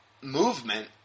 movement